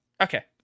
Okay